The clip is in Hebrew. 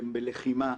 בלחימה,